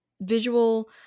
visual